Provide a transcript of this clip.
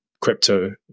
crypto